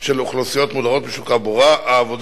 של אוכלוסיות מודרות משוק העבודה,